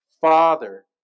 Father